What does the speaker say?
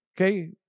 Okay